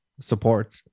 support